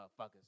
motherfuckers